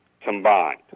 combined